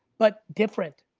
but different.